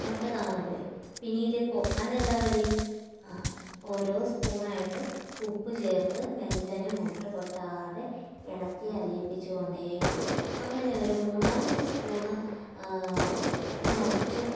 മുട്ട താണു പോയി പിന്നീട് പൊക്കാൻ എന്താണ് വഴി ആ ഓരോ സ്പൂൺ ആയിട്ട് ഉപ്പ് ചേർത്ത് മെല്ലനെ മുട്ട പൊട്ടാതെ ഇളക്കി അലിയിപ്പിച്ച് കൊണ്ടേയിരുന്നു അങ്ങനെ ഒരു മൂന്നാലഞ്ച് സ്പൂൺ നിറച്ചും